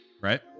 right